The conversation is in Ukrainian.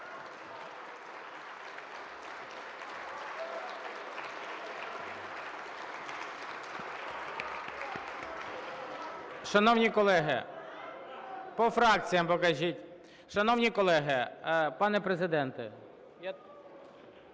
Шановні колеги, по фракціям покажіть. Шановні колеги, пане Президенте, я